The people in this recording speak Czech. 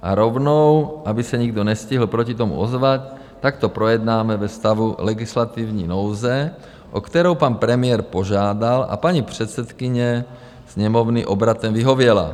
A rovnou, aby se nikdo nestihl proti tomu ozvat, tak to projednáme ve stavu legislativní nouze, o kterou pan premiér požádal, a paní předsedkyně Sněmovny obratem vyhověla.